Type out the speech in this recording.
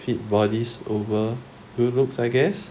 fit bodies over real looks I guess